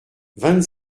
vingt